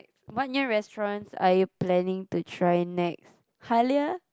what new restaurants are you planning to try next Halia